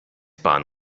bahn